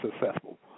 successful